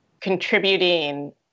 contributing